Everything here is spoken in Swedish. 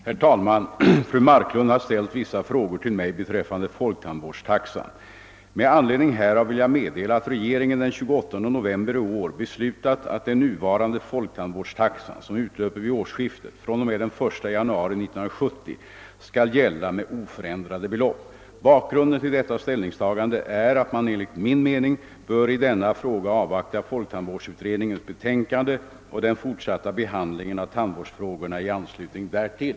Herr talman! Fru Marklund har ställt vissa frågor till mig beträffande folktandvårdstaxan. Med anledning härav vill jag meddela att regeringen den 28 november i år beslutat att den nuvarande folktandvårdstaxan — som utlöper vid årsskiftet — fr.o.m. den 1 januari 1970 skall gälla med oförändrade belopp. Bakgrunden till detta ställningstagande är att man enligt min mening bör i detta ärende avvakta folktandvårdsutredningens betänkande och den fortsatta behandlingen av tandvårdsfrågorna i anslutning därtill.